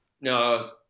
No